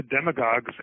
demagogues